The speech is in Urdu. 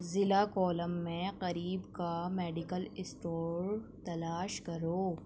ضلع کولم میں قریب کا میڈیکل سٹور تلاش کرو